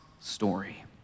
story